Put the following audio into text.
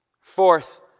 Fourth